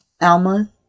Alma